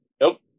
Nope